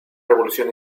revolución